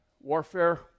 Warfare